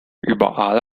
überall